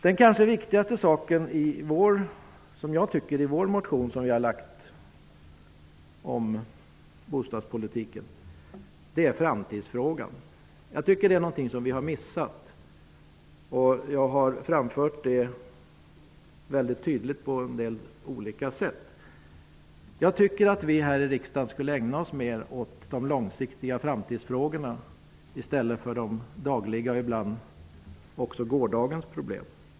Den kanske viktigaste saken i vår motion om bostadspolitiken är framtidsfrågan. Det är något som vi har missat hittills. Jag har framfört det mycket tydligt på en del olika sätt. Jag tycker att vi här i riksdagen skall ägna oss mer åt de långsiktiga framtidsfrågorna i stället för dagens, och ibland också gårdagens, problem.